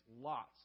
lots